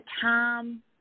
time